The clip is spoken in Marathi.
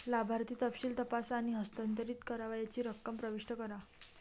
लाभार्थी तपशील तपासा आणि हस्तांतरित करावयाची रक्कम प्रविष्ट करा